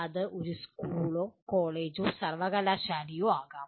അത് ഒരു സ്കൂളോ കോളേജോ സർവ്വകലാശാലയോ ആകാം